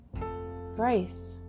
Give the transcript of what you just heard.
grace